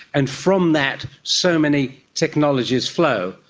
and from that so many technologies flow.